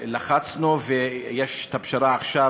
לחצנו, ויש את הפשרה עכשיו,